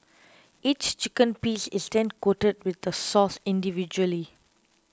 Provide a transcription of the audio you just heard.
each chicken piece is then coated with the sauce individually